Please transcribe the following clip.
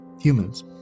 humans